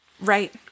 Right